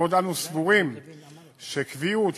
בעוד אנו סבורים שקביעות,